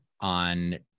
on